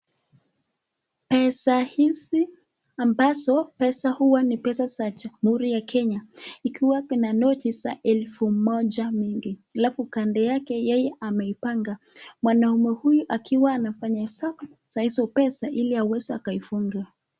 Pesa hizi ambazo pesa huwa ni pesa za jamhuri ya Kenya ikiwa kuna noti za elfu moja mingi alafu kando yake yeye ameipanga. Mwanaume huyu akiwa anafanya hesabu za hizo pesa ili aweze akaifunga.